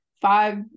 five